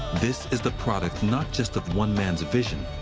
this is the product, not just of one man's vision,